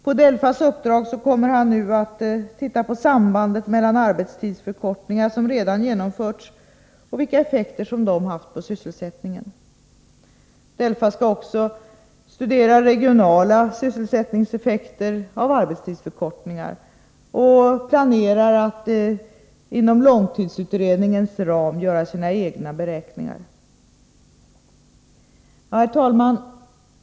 På DELFA:s uppdrag kommer han att se på sambandet mellan arbetstidsförkortningar som redan genomförts och vilka effekter de har haft på sysselsättningen. DELFA skall också studera regionala sysselsättningseffekter av arbetstidsförkortningar och planerar att inom långtidsutredningens ram göra sina egna beräkningar. Herr talman!